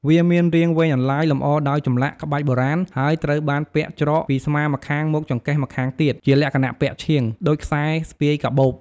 វាមានរាងវែងអន្លាយ លម្អដោយចម្លាក់ក្បាច់បុរាណ ហើយត្រូវបានពាក់ច្រកពីស្មាម្ខាងមកចង្កេះម្ខាងទៀត ជាលក្ខណៈ ពាក់ឈៀង ដូចខ្សែស្ពាយកាបូប។